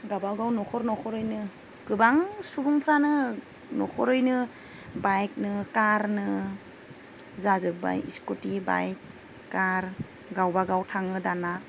गावबागाव न'खर न'खरैनो गोबां सुबुंफ्रानो न'खरैनो बाइकनो कारनो जाजोब्बाय स्कुटि बाइक कार गावबागाव थाङो दानिया